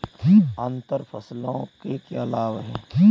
अंतर फसल के क्या लाभ हैं?